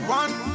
one